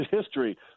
history